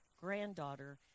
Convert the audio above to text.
granddaughter